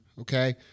okay